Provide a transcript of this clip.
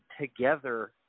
together